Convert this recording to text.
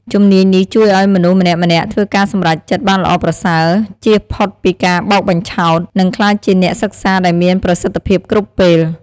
ជំនាញនេះជួយឲ្យមនុស្សម្នាក់ៗធ្វើការសម្រេចចិត្តបានល្អប្រសើរ ជៀសផុតពីការបោកបញ្ឆោត និងក្លាយជាអ្នកសិក្សាដែលមានប្រសិទ្ធភាពគ្រប់ពេល។